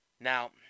Now